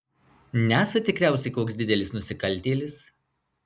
nesat tikriausiai koks didelis nusikaltėlis